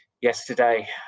yesterday